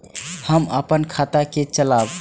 हम अपन खाता के चलाब?